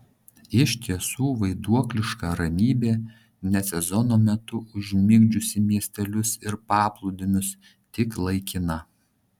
iš tiesų vaiduokliška ramybė ne sezono metu užmigdžiusi miestelius ir paplūdimius tik laikina